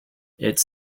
its